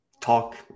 talk